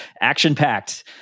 Action-packed